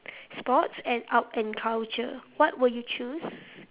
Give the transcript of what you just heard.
sports and art and culture what would you choose